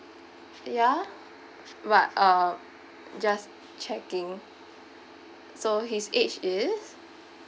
ya but uh just checking so his age is